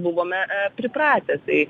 buvome pripratę tai